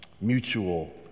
Mutual